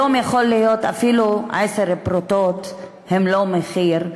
היום יכול להיות שאפילו עשר פרוטות הן לא מחיר,